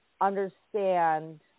understand